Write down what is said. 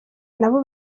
nabo